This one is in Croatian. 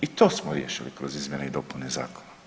I to smo riješili kroz izmjene i dopune zakona.